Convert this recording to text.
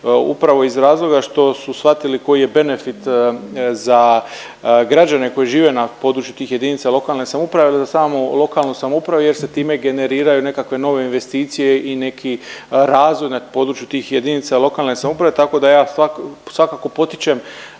upravo iz razloga što su shvatili koji je benefit za građane koji žive na području tih jedinica lokalne samouprave il samu lokalnu samoupravu jer se time generiraju nekakve nove investicije i neki razvoj na području tih jedinica lokalne samouprave. Tako da ja svakako potičem